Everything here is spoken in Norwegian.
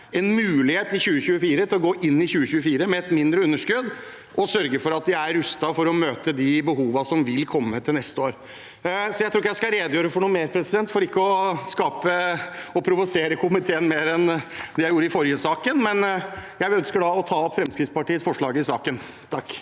en mulighet til å gå inn i 2024 med et mindre underskudd og sørge for at de er rustet til å møte de behovene som vil komme til neste år. Jeg tror ikke jeg skal redegjøre for noe mer, for ikke å provosere komiteen mer enn det jeg gjorde i den forrige saken. Men jeg ønsker å ta opp Fremskrittspartiets forslag i saken.